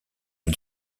une